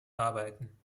arbeiten